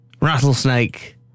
rattlesnake